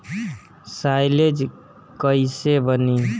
Silage कईसे बनी?